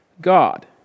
God